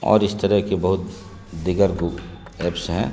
اور اس طرح کے بہت دیگر ایپس ہیں